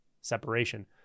separation